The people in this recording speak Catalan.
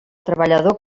treballador